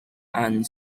and